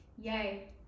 Yay